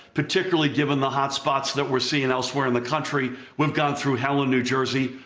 particularly given the hot spots that we're seeing elsewhere in the country. we've gone through hell in new jersey,